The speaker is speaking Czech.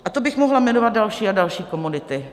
A to bych mohla jmenovat další a další komodity.